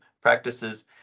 practices